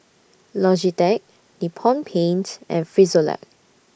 Logitech Nippon Paint and Frisolac